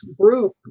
group